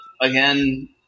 Again